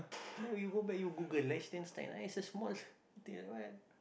then you go back you Google Liechtenstein uh it's a small